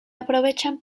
aprovechan